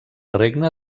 regne